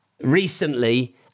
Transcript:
recently